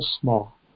small